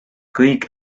kõik